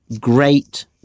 great